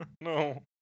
No